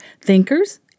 thinkers